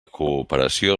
cooperació